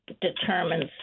determines